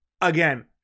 again